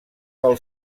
pel